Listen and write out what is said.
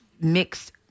mixed